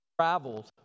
traveled